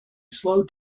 slow